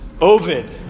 Ovid